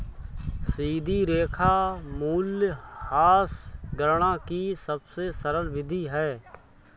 सीधी रेखा मूल्यह्रास गणना की सबसे सरल विधि है